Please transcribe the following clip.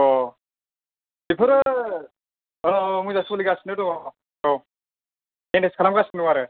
औ बेफोरो औ मोजां सोलिगासिनो दं औ मेनेज खालामगासिनो दं आरो